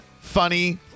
funny